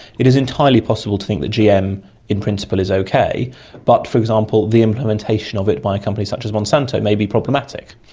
it is entirely possible to think that gm in principle is okay but, for example, the implementation of it by a company such as monsanto may be problematic.